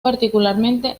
particularmente